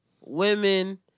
women